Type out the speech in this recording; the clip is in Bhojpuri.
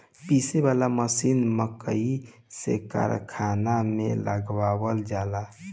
पीसे वाला मशीन मकई के कारखाना में लगावल जाला